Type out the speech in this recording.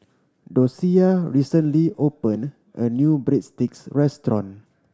Docia recently opened a new Breadsticks restaurant